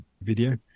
video